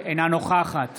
אינה נוכחת